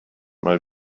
mal